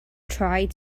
tried